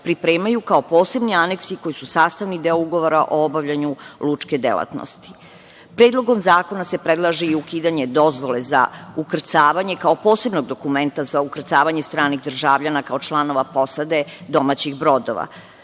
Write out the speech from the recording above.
pripremaju kao posebni aneksi koji su sastavni deo Ugovora o obavljanju lučke delatnosti. Predlogom zakona se predlaže i ukidanje dozvole za ukrcavanje kao posebnog dokumenta za ukrcavanje stranih državljana kao članova posade domaćih brodova. Kao